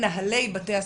עם מנהלי בתי הספר,